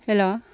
hello